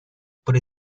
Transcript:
por